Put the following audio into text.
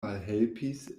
malhelpis